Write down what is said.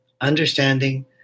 understanding